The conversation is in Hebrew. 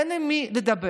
אין עם מי לדבר.